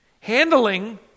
handling